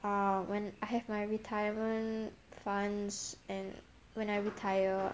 ah when I have my retirement funds and when I retire